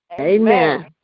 Amen